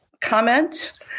comment